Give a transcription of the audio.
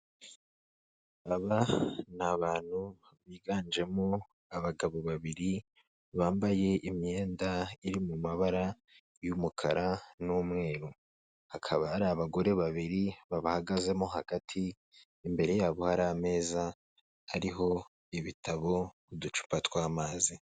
Aba ni abantu biganjemo abagabo babiri bambaye imyenda iri mu mabara y'umukara n'umweru, hakaba hari abagore babiri babahagazemo hagati, imbere yabo hari ameza hariho ibitabo n'uducupa tw'amazi.